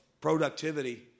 productivity